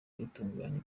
bitunguranye